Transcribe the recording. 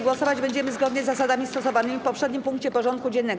Głosować będziemy zgodnie z zasadami stosowanymi w poprzednim punkcie porządku dziennego.